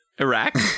Iraq